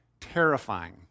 terrifying